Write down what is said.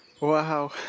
wow